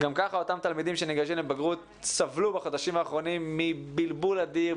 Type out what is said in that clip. גם כך אותם תלמידים שניגשים לבגרות סבלו בחודשים האחרונים מבלבול אדיר,